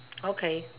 okay